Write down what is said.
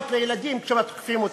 סוכריות לילדים כשמתקיפים אותם.